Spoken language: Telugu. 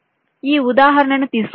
ఈ ఉదాహరణను తీసుకుందాం